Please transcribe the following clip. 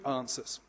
answers